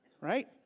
Right